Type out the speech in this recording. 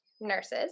nurses